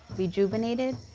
rejuvenated,